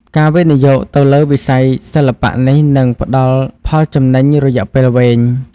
ការវិនិយោគទៅលើវិស័យសិល្បៈនេះនឹងផ្តល់ផលចំណេញរយៈពេលវែង។